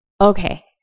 Okay